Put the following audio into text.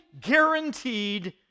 guaranteed